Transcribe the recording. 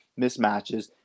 mismatches